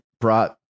brought